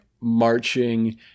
marching